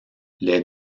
les